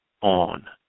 on